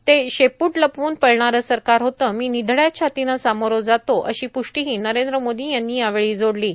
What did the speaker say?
ते शेप्रट लपवून पळणाऱं सरकार होतं मी र्निधड्या छातीनं सामोरं जातो अशी प्रष्टांहां नरद्र मोर्दा यांनी यावेळी जोडलों